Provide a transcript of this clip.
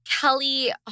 Kelly